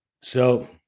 So-